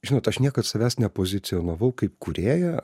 žinot aš niekad savęs nepozicionavau kaip kūrėją